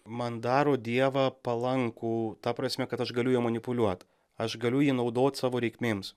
man daro dievą palankų ta prasme kad aš galiu juo manipuliuot aš galiu jį naudot savo reikmėms